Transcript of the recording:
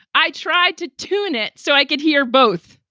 i tried to tune it so i could hear both.